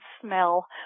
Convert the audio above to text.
smell